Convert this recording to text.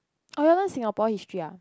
orh you all learn Singapore history ah